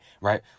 right